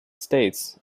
states